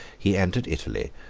he entered italy,